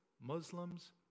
Muslims